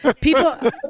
people